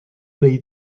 wnei